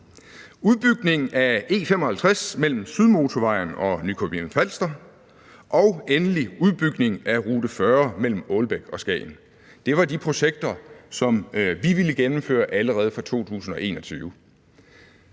udbygning af E55 mellem Sydmotorvejen og Nykøbing Falster og endelig udbygning af Rute 40 mellem Ålbæk og Skagen – det var de projekter, som vi ville gennemføre allerede fra 2021.